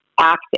active